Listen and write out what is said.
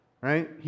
Right